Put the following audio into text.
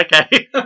Okay